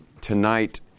Tonight